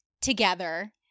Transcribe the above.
together